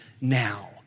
now